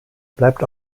bleibt